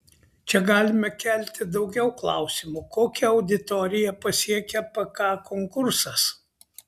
čia galime kelti daugiau klausimų kokią auditoriją pasiekia pk konkursas